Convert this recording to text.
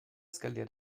skaliert